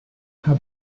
how